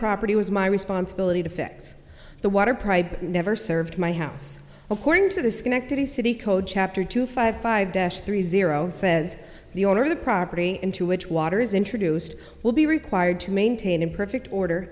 property was my responsibility to fix the water pride never served my house according to the schenectady city code chapter two five five desh three zero says the owner of the property into which water is introduced will be required to maintain in perfect order